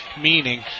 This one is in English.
meaning